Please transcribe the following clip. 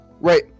Right